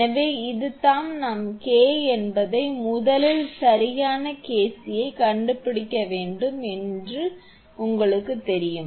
எனவே இதுதான் நாம் K என்பதை முதலில் சரியான KC கண்டுபிடிக்க வேண்டும் என்பது எங்களுக்குத் தெரியும்